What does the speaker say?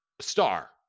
star